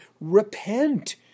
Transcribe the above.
Repent